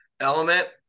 element